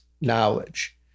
knowledge